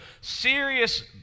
serious